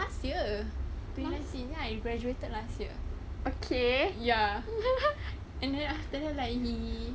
last year ya we graduated last year ya and then after that like he